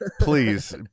Please